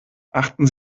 achten